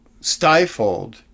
stifled